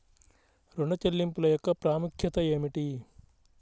ఋణ చెల్లింపుల యొక్క ప్రాముఖ్యత ఏమిటీ?